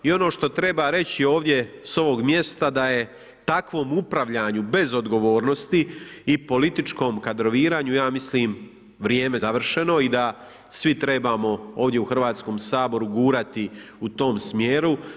I ono što treba reći ovdje s ovog mjesta da je takvom upravljanju bez odgovornosti i političkom kadroviranju, ja mislim vrijeme završeno i da svi trebamo ovdje u Hrvatskom saboru gurati u tom smjeru.